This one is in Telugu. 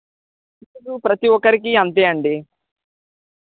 ప్రతీ ఒక్కరికీ అంతే అండి